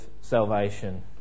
salvation